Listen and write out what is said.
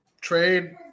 trade